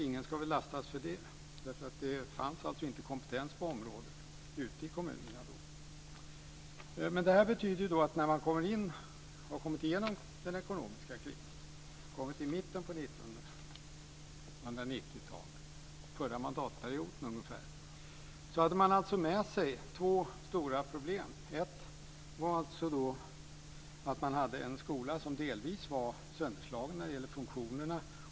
Ingen ska väl lastas för det. Det fanns alltså inte kompetens på området i kommunerna då. Det här betyder att när man har kommit igenom den ekonomiska krisen och kommit till mitten av 1990-talet - den förra mandatperioden ungefär - hade man med sig två stora problem. Ett var att man hade en skola som delvis var sönderslagen när det gällde funktionerna.